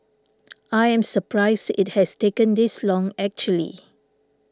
I am surprised it has taken this long actually